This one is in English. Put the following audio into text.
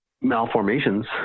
malformations